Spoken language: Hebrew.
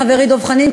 חברי דב חנין,